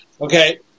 okay